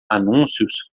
anúncios